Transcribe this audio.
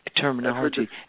terminology